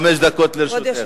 חמש דקות לרשותך.